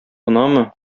гынамы